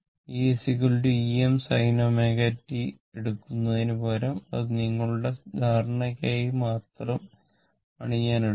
E Em sinωt എടുക്കുന്നതിനുപകരം ഇത് നിങ്ങളുടെ ധാരണയ്ക്കായി മാത്രമാണ് ഞാൻ എടുത്തത്